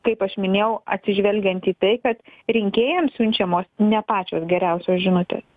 kaip aš minėjau atsižvelgiant į tai kad rinkėjam siunčiamos ne pačios geriausios žinutės